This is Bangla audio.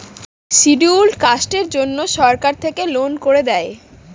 শিডিউল্ড কাস্টের জন্য সরকার থেকে লোন করে দেয়